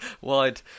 Wide